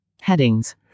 Headings